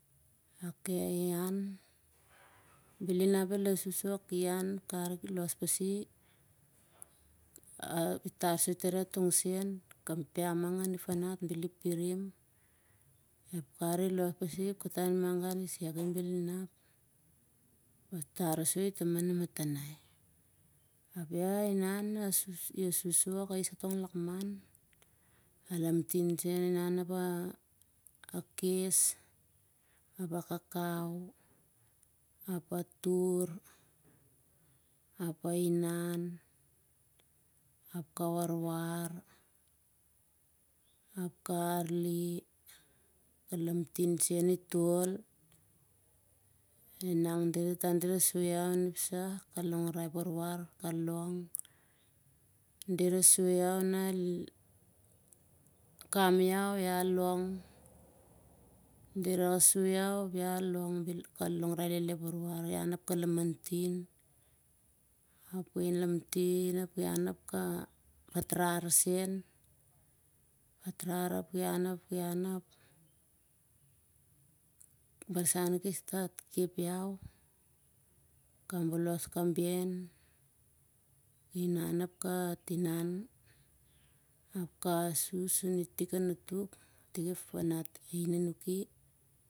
Ian bel inap el asus ok ian ep kar ki los pasi, i tar soi tar iau tong sen, ep piam mah ngan ep fanat bel i pirim. ep kar i los pasi ap katan manga di sek i ap bel inap ap i tar soi tamah an namatanai i asus sou ok a his katong lakman a lamtin sen ap a kes ap. a kaukau ap a tar. ap ah inan ap a warwar ap ka aril ap ka lamtin sen itol. nang dira tata dira soi iau on ep sah ka longrai ep warwar ka long. dira soi iau, di kam iau iau iah long ka long rai lele ep warwar. ka fain lamtin ap ki han ap ka hetrar sen. hetrar ap ki han ap ep barsan ki kep iau, ka bolos kaben inian ap ka tinan ap ka asus itik a natuk. tik ep fanat hain anuk.